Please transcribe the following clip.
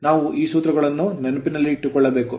ನಾವು ಈ ಸೂತ್ರಗಳನ್ನು ನೆನಪಿಸಿಕೊಳ್ಳಲು ಸಾಧ್ಯವಾಗಬೇಕು